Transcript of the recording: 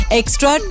extra